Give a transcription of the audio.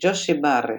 gosh e-barreh,